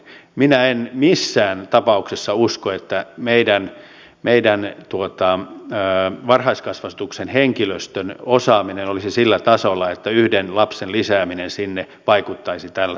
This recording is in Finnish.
minä en missään tapauksessa usko että meidän varhaiskasvatuksen henkilöstön osaaminen olisi sillä tasolla että yhden lapsen lisääminen sinne vaikuttaisi tällä tavalla